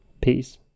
peace